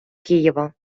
києва